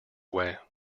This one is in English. away